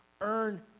earn